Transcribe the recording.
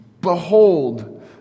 Behold